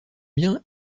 bien